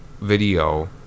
video